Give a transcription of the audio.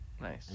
Nice